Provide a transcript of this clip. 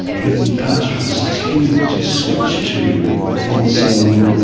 the pastoralists tended to switch to fencing,